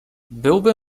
byłby